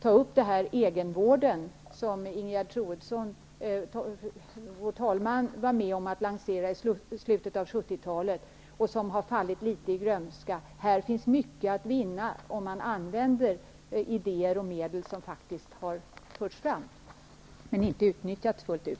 Ta upp till diskussion förslaget om egenvård som vår talman Ingegerd Troedsson var med att lansera i slutet av 70-talet och som fallit litet i glömskan. Det finns mycket att vinna om man använder idéer och medel som faktiskt har förts fram men som inte utnyttjats fullt ut.